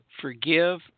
forgive